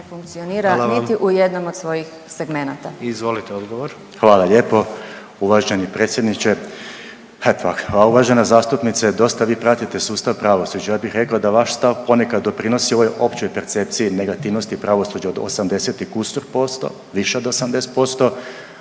Izvolite odgovor. **Salapić, Josip (HDSSB)** Hvala lijepo uvaženi predsjedniče. Uvažena zastupnice, dosta vi pratite sustav pravosuđa. Ja bih rekao da vaš stav ponekad doprinosi ovoj općoj percepciji negativnosti pravosuđa od 80 i kusur posto, više od 80%,